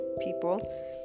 people